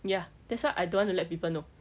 ya that's why I don't want to let people know